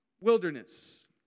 wilderness